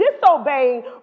disobeying